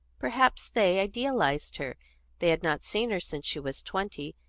perhaps they idealised her they had not seen her since she was twenty,